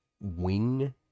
wing